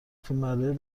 فیلمبرداری